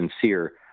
sincere